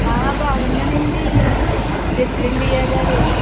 ఆ బాగున్నానండీ Miss India గారు